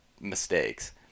mistakes